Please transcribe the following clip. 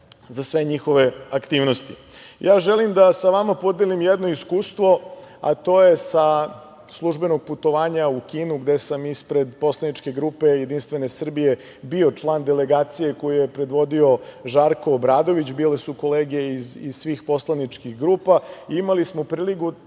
za sve njihove aktivnosti. Ja želim da sa vama podelim jedno iskustvo, a to je sa službenog putovanja u Kinu, gde sam ispred Poslaničke grupe Jedinstvene Srbije bio član delegacije koju je predvodio Žarko Obradović. Bile su kolege iz svih poslaničkih grupa i imali smo priliku